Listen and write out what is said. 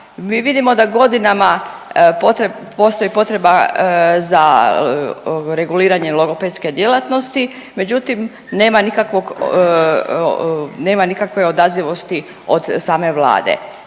Mi vidimo da godinama postoji potreba za reguliranje logopedske djelatnosti, međutim nema nikakvog, nema nikakve odazivosti od same Vlade,